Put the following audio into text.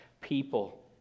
people